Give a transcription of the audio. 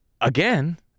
Again